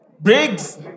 Briggs